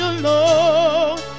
alone